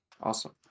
awesome